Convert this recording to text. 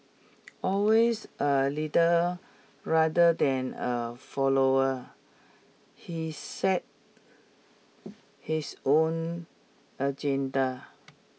always a leader rather than a follower he set his own agenda